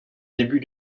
début